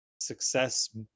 success